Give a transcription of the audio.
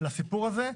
לסיפור הזה.